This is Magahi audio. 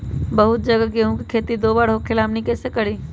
बहुत जगह गेंहू के खेती दो बार होखेला हमनी कैसे करी?